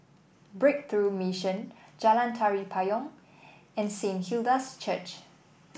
Breakthrough Mission Jalan Tari Payong and Saint Hilda's Church